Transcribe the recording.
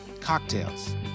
Cocktails